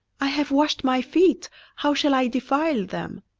i have washed my feet how shall i defile them?